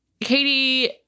Katie